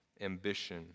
ambition